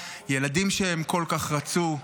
ילדים שהם כל כך רצו.